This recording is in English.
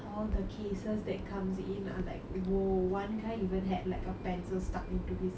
cases that comes in are like !whoa! one guy even had like a pencil stuck into his eye